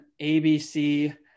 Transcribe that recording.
ABC